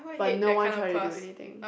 but no one try to do anything